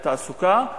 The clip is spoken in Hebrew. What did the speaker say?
והתעסוקה,